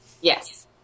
yes